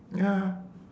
ya